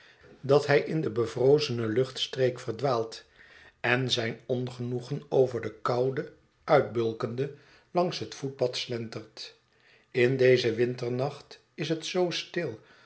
dat hij in de bevrozene luchtstreek verdwaald en zijn ongenoegen over de koude uitbulkende langs het voetpad slentert in dezen winternacht is het zoo stil